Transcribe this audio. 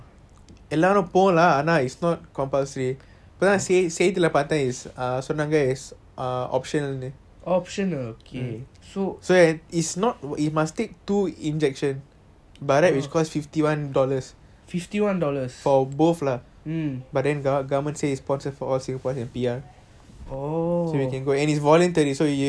optional okay oh